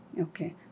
Okay